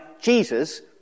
Jesus